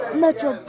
metro